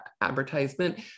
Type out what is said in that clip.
advertisement